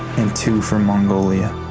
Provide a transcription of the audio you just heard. and two for mongolia.